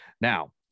Now